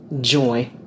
joy